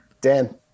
Dan